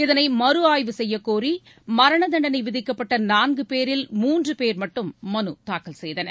இதனை மறுஆய்வு செய்ய கோரி மரண தண்டனை விதிக்கப்பட்ட நான்கு பேரில் மூன்று பேர் மட்டும் மனு தாக்கல் செய்தனர்